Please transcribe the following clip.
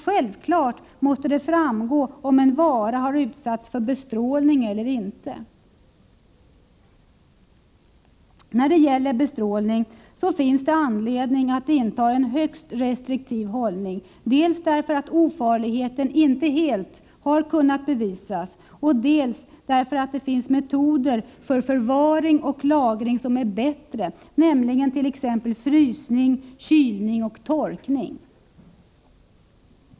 Självfallet måste det framgå om en vara har utsatts för bestrålning eller inte. När det gäller bestrålning finns det anledning att inta en högst restriktiv hållning dels därför att ofarligheten inte helt kunnat bevisas, dels därför att det finns metoder för förvaring och lagring som är bättre, t.ex. frysning, kylning och torkning.